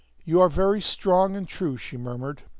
you are very strong and true, she murmured.